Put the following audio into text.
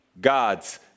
God's